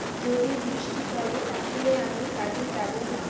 যদি বৃষ্টি পড়ে তাহলে আমি কাজে যাবো না